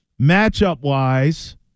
Matchup-wise